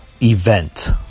event